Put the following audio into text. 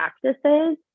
practices